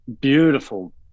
beautiful